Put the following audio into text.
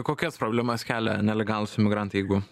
kokias problemas kelia nelegalūs imigrantai jeigu